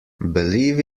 believe